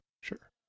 Sure